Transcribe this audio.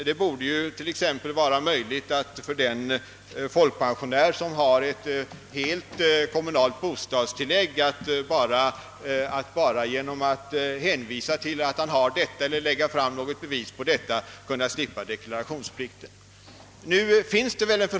Det borde t.ex. vara möjligt för den folkpensionär som har ett helt kommunalt bostadstillägg att hänvisa härtill och därefter slippa deklarationsplikten.